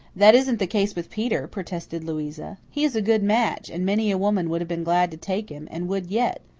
that isn't the case with peter, protested louisa. he is a good match, and many a woman would have been glad to take him, and would yet.